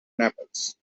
naples